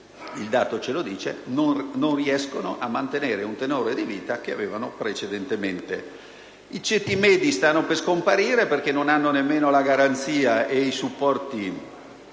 il dato ce lo dice - non riescono a mantenere quel tenore di vita che avevano in precedenza. I ceti medi stanno per scomparire perché non hanno nemmeno la garanzia e i supporti